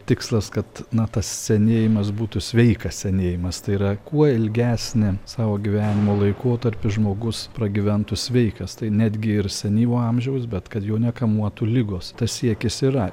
tikslas kad na tas senėjimas būtų sveikas senėjimas tai yra kuo ilgesnį savo gyvenimo laikotarpį žmogus pragyventų sveikas tai netgi ir senyvo amžiaus bet kad jo nekamuotų ligos tas siekis yra